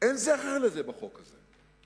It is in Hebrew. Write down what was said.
אין זכר לזה בחוק הזה.